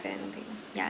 then being yeah